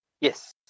yes